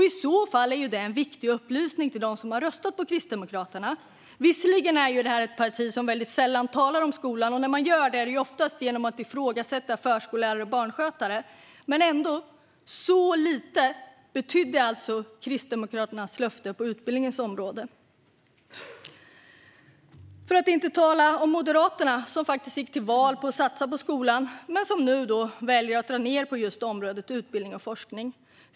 I så fall är ju det en viktig upplysning till de som röstat på Kristdemokraterna. Visserligen är det ett parti som väldigt sällan talar om skolan, och när man gör det är det oftast genom att ifrågasätta förskollärare och barnskötare. Så lite betydde alltså Kristdemokraternas löfte på utbildningens område. För att inte tala om Moderaterna som gått till val på att satsa på skolan, men som nu väljer att dra ned på just området utbildning och forskning.